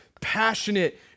passionate